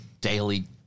daily